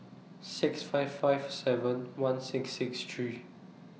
six five five seven one six six three